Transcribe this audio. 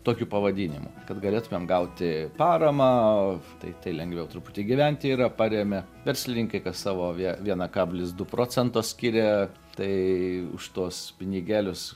tokiu pavadinimu kad galėtumėm gauti paramą tai tai lengviau truputį gyventi yra paremia verslininkai savo vie vieną kablis du procento skiria tai už tuos pinigėlius